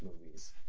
movies